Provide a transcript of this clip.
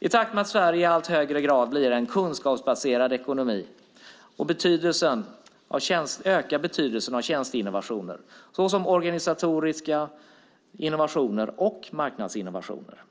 I takt med att Sverige i allt högre grad blir en kunskapsbaserad ekonomi ökar betydelsen av tjänsteinnovationer såsom organisatoriska innovationer och marknadsinnovationer.